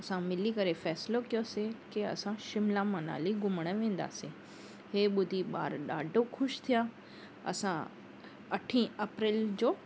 असां मिली करे फैसलो कयोसीं की असां शिमला मनाली घुमणु वेंदासीं हीअ ॿुधी ॿार ॾाढो ख़ुशि थिया असां अठी अप्रैल जो